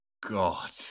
God